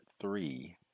three